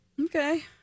Okay